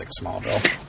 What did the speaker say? Smallville